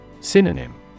Synonym